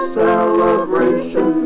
celebration